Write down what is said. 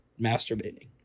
masturbating